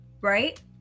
right